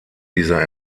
dieser